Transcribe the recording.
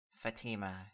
Fatima